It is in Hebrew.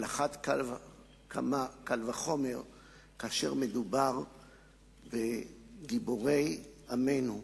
על אחת כמה וכמה כאשר מדובר בגיבורי עמנו,